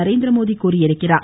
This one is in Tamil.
நரேந்திரமோதி தெரிவித்துள்ளார்